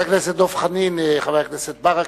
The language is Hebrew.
חבר הכנסת דב חנין, חבר הכנסת ברכה,